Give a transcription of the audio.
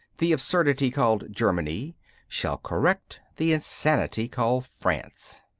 the absurdity called germany shall correct the insanity called france.